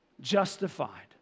justified